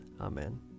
Amen